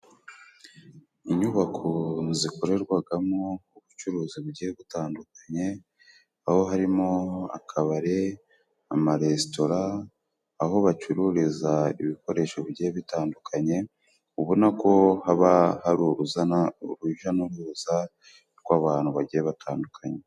Inyubako zikorerwagamo ubucuruzi bugiye butandukanye, aho harimo akabari, amaresitora, aho bacururiza ibikoresho bigiye bitandukanye, ubona ko haba hari uzana urujya n'uruza rw'abantu bagiye batandukanye.